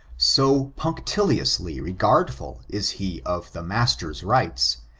so punctiliously regardful is he of the master's rights,